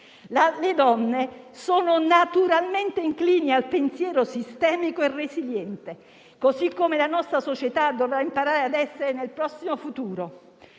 Le donne sono naturalmente inclini al pensiero sistemico e resiliente, così come la nostra società dovrà imparare ad essere nel prossimo futuro.